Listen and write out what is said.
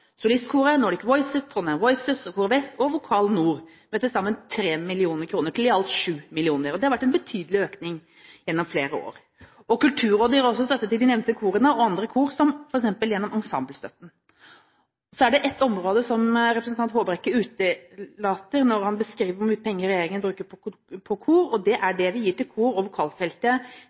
Nordic Voices, Trondheim Voices, Kor Vest og Vokal Nord med til sammen 3 mill. kr, til i alt 7 mill. kr. Det har vært en betydelig økning gjennom flere år. Kulturrådet gir også støtte til de nevnte korene og andre kor, f.eks. gjennom ensemblestøtten. Så er det ett område som representanten Håbrekke utelater når han beskriver hvor mye penger regjeringen bruker på kor, og det er det vi gir på kor- og vokalfeltet